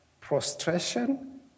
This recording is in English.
prostration